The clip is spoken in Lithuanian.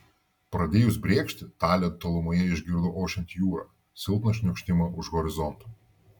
pradėjus brėkšti talė tolumoje išgirdo ošiant jūrą silpną šniokštimą už horizonto